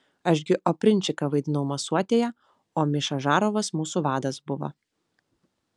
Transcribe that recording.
aš gi opričniką vaidinau masuotėje o miša žarovas mūsų vadas buvo